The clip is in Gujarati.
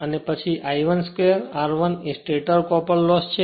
અને અહીં I12 2 r1 એ સ્ટેટર કોપર લોસ છે